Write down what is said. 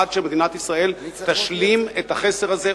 עד שמדינת ישראל תשלים את החסר הזה,